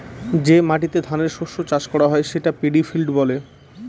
যে মাটিতে ধানের শস্য চাষ করা হয় সেটা পেডি ফিল্ড বলে